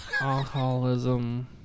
Alcoholism